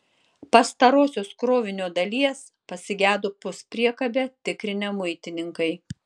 pastarosios krovinio dalies pasigedo puspriekabę tikrinę muitininkai